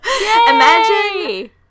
Imagine